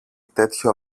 τέτοιο